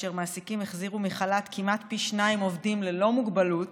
ומעסיקים החזירו מחל"ת כמעט פי שניים עובדים ללא מוגבלות